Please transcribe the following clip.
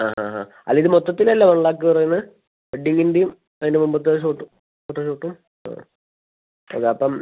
ആ ഹാ ഹാ അല്ല ഇത് മൊത്തത്തിലല്ലേ വൺ ലാക്ക് പറയുന്നത് വെഡ്ഡിങ്ങിൻ്റെയും അതിൻ്റെ മുമ്പത്തെ ഷൂട്ടും ഫോട്ടോ ഷൂട്ടും ആ അതെ അപ്പം